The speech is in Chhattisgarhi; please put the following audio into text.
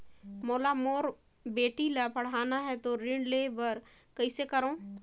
मोला मोर बेटी ला पढ़ाना है तो ऋण ले बर कइसे करो